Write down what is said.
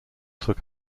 took